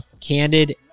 Candid